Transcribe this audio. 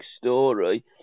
story